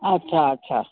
अच्छा अच्छा